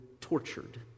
tortured